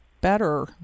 better